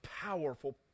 powerful